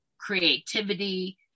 creativity